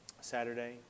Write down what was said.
Saturday